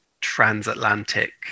transatlantic